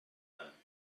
them